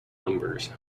numbers